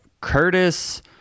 Curtis